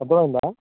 అర్థమైందా